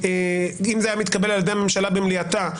אם זה היה מתקבל על ידי הממשלה במליאתה,